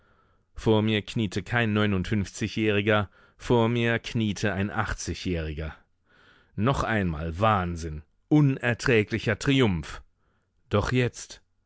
vor mir kniete kein neunundfünfzigjähriger vor mir kniete ein achtzigjähriger noch einmal wahnsinn unerträglicher triumph doch jetzt